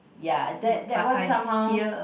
ya that that what somehow